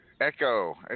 Echo